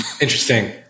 Interesting